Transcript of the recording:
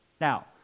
Now